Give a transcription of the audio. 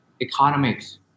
economics